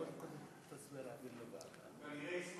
הוא כנראה,